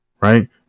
right